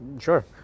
sure